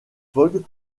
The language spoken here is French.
fogg